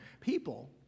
people